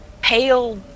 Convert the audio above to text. pale